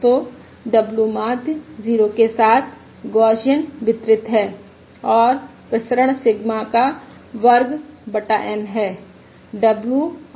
तो w माध्य 0 के साथ गौसियन वितरित है और प्रसरण सिग्मा का वर्ग बटा N है